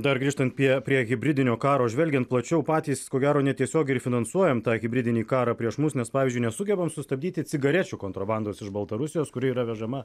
dar grįžtant prie prie hibridinio karo žvelgiant plačiau patys ko gero netiesiogiai ir finansuojam hibridinį karą prieš mus nes pavyzdžiui nesugebam sustabdyti cigarečių kontrabandos iš baltarusijos kuri yra vežama